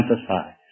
emphasize